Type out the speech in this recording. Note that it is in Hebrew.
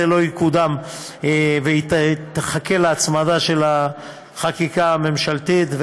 לא יקודם והיא תחכה להצמדה לחקיקה הממשלתית.